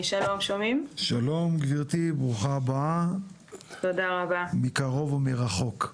ברוכה הבאה מקרוב ומרחוק.